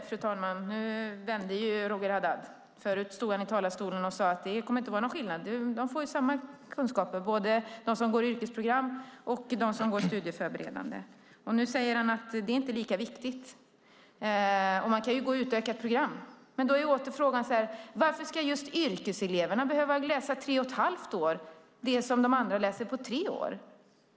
Fru talman! Nu vände Roger Haddad. Tidigare stod han i talarstolen och sade att det inte kommer att vara någon skillnad, att de får samma kunskaper, både de som går yrkesprogram och de som går studieförberedande program. Nu säger han att det inte är lika viktigt och att man kan gå utökat program. Därför frågar jag återigen: Varför ska just yrkeseleverna behöva läsa tre och ett halvt år det som de andra läser på tre år?